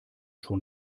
schon